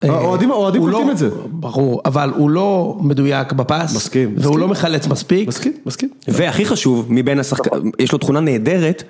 האוהדים קולטים את זה. ברור. אבל הוא לא מדויק בפס. מסכים. והוא לא מחלץ מספיק. מסכים, מסכים. והכי חשוב מבין השחקנים, יש לו תכונה נהדרת